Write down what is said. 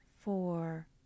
four